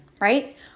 right